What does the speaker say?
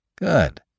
Good